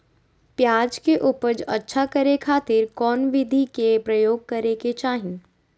प्याज के उपज अच्छा करे खातिर कौन विधि के प्रयोग करे के चाही?